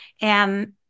And-